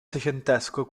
seicentesco